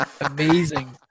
Amazing